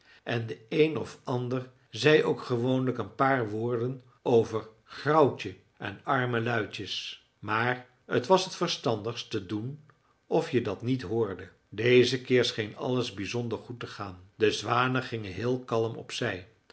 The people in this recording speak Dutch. en de een of de ander zei ook gewoonlijk een paar woorden over grauwtje en arme luidjes maar het was het verstandigst te doen of je dat niet hoorde dezen keer scheen alles bijzonder goed te gaan de zwanen gingen heel kalm op